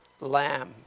lamb